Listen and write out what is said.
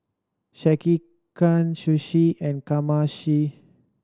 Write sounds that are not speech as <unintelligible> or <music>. Sekihan Sushi and <unintelligible>